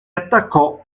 attaccò